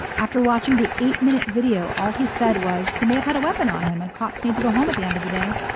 after watching the eight minute video, all he said was he may have had a weapon on him and cops need to go home at the end of the day.